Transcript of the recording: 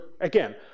again